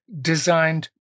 designed